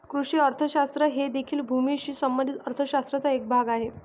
कृषी अर्थशास्त्र हे देखील भूमीशी संबंधित अर्थ शास्त्राचा एक भाग आहे